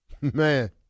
Man